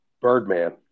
Birdman